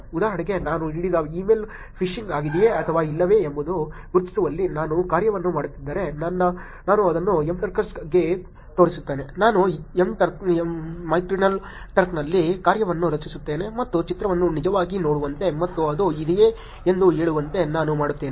ಉದಾಹರಣೆಗೆ ನಾನು ನೀಡಿದ ಇಮೇಲ್ ಫಿಶಿಂಗ್ ಆಗಿದೆಯೇ ಅಥವಾ ಇಲ್ಲವೇ ಎಂಬುದನ್ನು ಗುರುತಿಸುವಲ್ಲಿ ನಾನು ಕಾರ್ಯವನ್ನು ಮಾಡುತ್ತಿದ್ದರೆ ನಾನು ಅದನ್ನು Mturkers ಗೆ ತೋರಿಸುತ್ತೇನೆ ನಾನು ಮೆಕ್ಯಾನಿಕಲ್ ಟರ್ಕ್ನಲ್ಲಿ ಕಾರ್ಯವನ್ನು ರಚಿಸುತ್ತೇನೆ ಮತ್ತು ಚಿತ್ರವನ್ನು ನಿಜವಾಗಿ ನೋಡುವಂತೆ ಮತ್ತು ಅದು ಇದೆಯೇ ಎಂದು ಹೇಳುವಂತೆ ನಾನು ಮಾಡುತ್ತೇನೆ